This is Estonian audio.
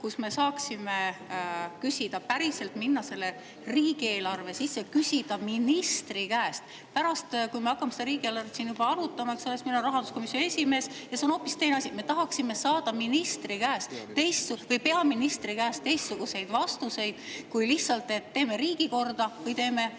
kus me saaksime küsida, päriselt minna selle riigieelarve sisse, küsida ministri käest. Pärast, kui me hakkame seda riigieelarvet siin juba arutama – selleks meil on rahanduskomisjoni esimees ja see on hoopis teine asi. Me tahaksime saada peaministri käest teistsuguseid vastuseid kui lihtsalt, et teeme riigi korda või teeme